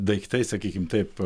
daiktai sakykim taip